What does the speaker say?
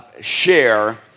share